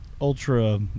ultra